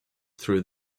through